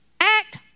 Act